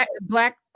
black